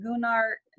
Gunnar